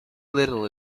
little